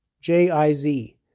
J-I-Z